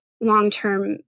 long-term